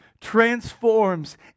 transforms